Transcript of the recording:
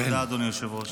תודה, אדוני היושב-ראש.